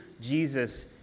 Jesus